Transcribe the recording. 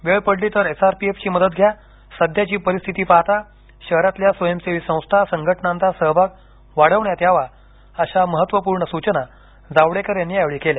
वेळ पडली तर एसआरपीएफची मदत घ्या सध्याची परिस्थिती पाहाता शहरातील स्वयंसेवी संस्था संघटनांचा सहभाग वाढवण्यात यावा अशा महत्वपूर्ण सूचना जावडेकर यांनी यावेळी केल्या